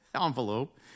envelope